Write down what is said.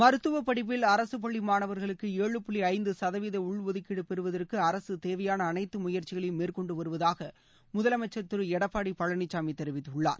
மருத்துவப் படிப்பில் அரசு பள்ளி மாணவர்களுக்கு ஏழு புள்ளி ஐந்து சதவீத உள்ஒதுக்கீடு பெறுவதற்கு அரசு தேவையான அனைத்து முயற்சிகளையும் மேற்கொண்டு வருவதாக முதலமைச்சர் திரு எடப்பாடி பழனிசாமி தெரிவித்துள்ளார்